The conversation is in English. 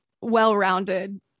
well-rounded